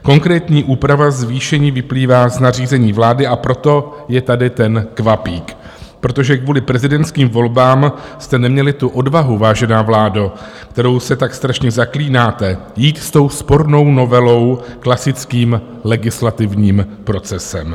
Konkrétní úprava zvýšení vyplývá z nařízení vlády, a proto je tady ten kvapík, protože kvůli prezidentským volbám jste neměli tu odvahu, vážená vládo, kterou se tak strašně zaklínáte, jít s tou spornou novelou klasickým legislativním procesem.